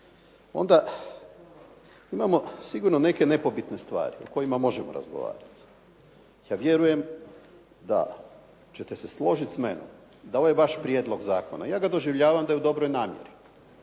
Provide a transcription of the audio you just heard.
onda imamo sigurno neke nepobitne stvari o kojima možemo razgovarati. Ja vjerujem da ćete se složit sa mnom da ovaj vaš prijedlog zakona, ja ga doživljavam da je u dobroj namjeri,